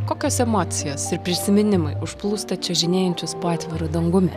kokios emocijos ir prisiminimai užplūsta čiuožinėjančius po atviru dangumi